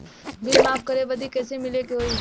Bill माफ करे बदी कैसे मिले के होई?